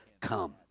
come